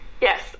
Yes